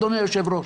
אדוני היושב-ראש.